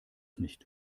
nicht